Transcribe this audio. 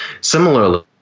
Similarly